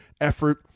effort